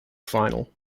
final